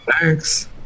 Thanks